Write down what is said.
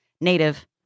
native